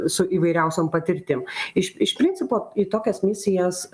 su įvairiausiom patirtim iš iš principo į tokias misijas